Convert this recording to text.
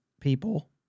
people